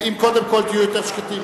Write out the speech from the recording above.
קודם כול, אם תהיו יותר שקטים,